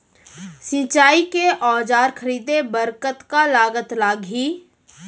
सिंचाई के औजार खरीदे बर कतका लागत लागही?